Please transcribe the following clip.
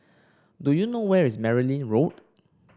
do you know where is Merryn Road